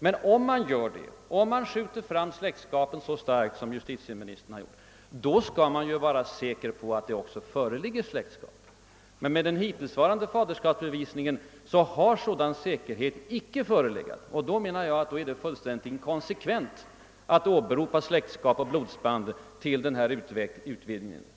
Men om man skjuter fram släktskapet så starkt som justitieministern har gjort bör man också vara säker på att det föreligger släktskap. Med den hittillsvarande = faderskapsbevisningen har sådan säkerhet icke förelegat. Därför menar jag att det är fullständigt inkonsekvent att åberopa släktskap och blodsband för denna utvidgning.